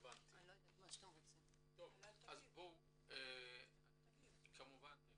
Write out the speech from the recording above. נשמע את בני